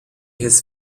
his